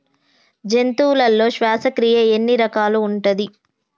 జంతువులలో శ్వాసక్రియ ఎన్ని రకాలు ఉంటది?